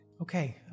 Okay